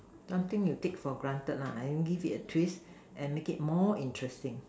something you take for granted lah then give it a twist and make it more interesting